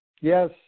yes